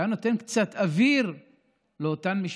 שהייתה נותנת קצת אוויר לאותן משפחות,